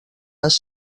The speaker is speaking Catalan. les